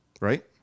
right